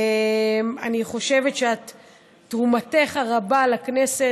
אני חושבת שתרומתך הרבה לכנסת,